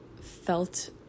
felt